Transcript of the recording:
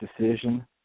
decision –